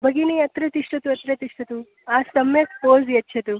भगिनी अत्र तिष्ठतु अत्र तिष्ठतु सम्यक् फ़ोस् यच्छतु